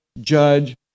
judge